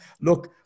look